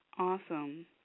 Awesome